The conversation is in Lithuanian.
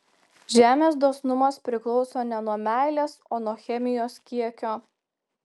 žemės dosnumas priklauso ne nuo meilės o nuo chemijos kiekio